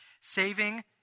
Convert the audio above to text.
Saving